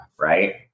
right